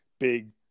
Big